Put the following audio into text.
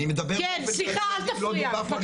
אני מדבר --- סליחה, אל תפריע.